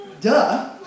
duh